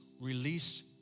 Release